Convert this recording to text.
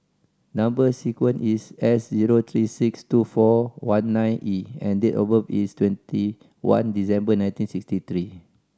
number sequence is S zero three six two four one nine E and date of birth is twenty one December nineteen sixty three